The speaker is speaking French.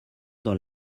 dans